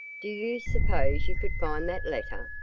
do you suppose you could find that letter?